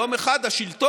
יום אחד השלטון,